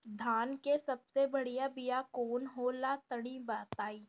धान के सबसे बढ़िया बिया कौन हो ला तनि बाताई?